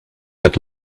got